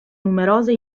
numerose